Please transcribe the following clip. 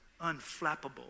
Unflappable